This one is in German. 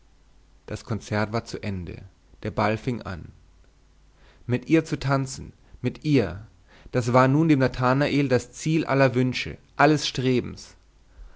das konzert war zu ende der ball fing an mit ihr zu tanzen mit ihr das war nun dem nathanael das ziel aller wünsche alles strebens